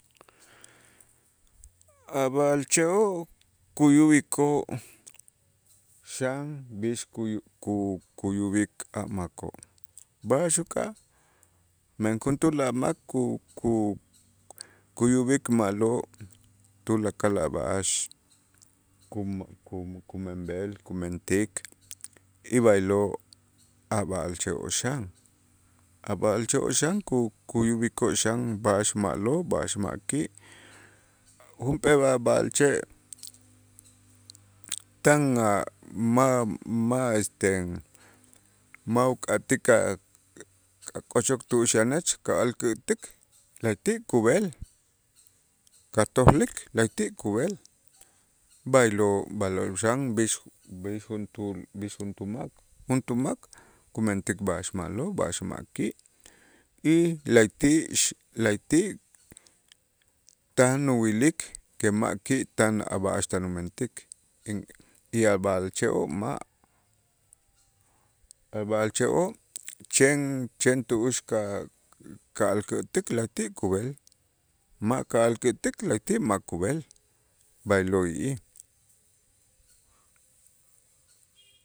A' b'a'alche'oo' kuyub'ikoo' xan b'ix kuyu ku- kuyub'ik a' makoo', b'a'ax uka'aj men juntuul a' mak ku- ku- kuyub'ik ma'lo' tulakal a' b'a'ax ku- ku- kumenb'el, kumentik y b'aylo' a' b'a'alche'oo' xan, a' b'a'alche'oo' xan ku- kuyub'ikoo' xan b'a'ax ma'lo', b'a'ax ma' ki', junp'ee b'a- b'a'alche' tan a' ma' ma' este ma' uk'atij ka- kak'ochok tu'ux yanech ka'alkätuk la'ayti' kub'el katuklik la'ayti' kub'el, b'aylo' b'aylo' xan b'ix b'ix juntuul juntuu mak juntuu mak kumentik b'a'ax ma'lo', b'a'ax ma' ki' y la'ayti' la'ayti' tan uwilik que ma' ki' tan a' b'a'ax tan umentik in y a' b'a'alche'oo' ma' a' b'a'alche'oo' chen chen tu'ux ka- ka'alkätuk' la'ayti' kub'el, ma' ka'alkätuk la'ayti' ma' kub'el b'aylo'ij.